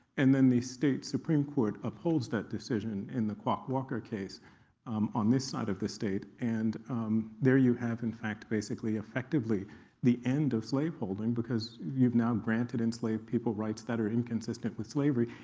and then the state supreme court upholds that decision in the quock walker case um on this side of the state. and there you have, in fact, basically effectively the end of slaveholding, because you've now granted enslaved people rights that are inconsistent with slavery.